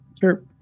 Sure